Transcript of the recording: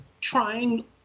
trying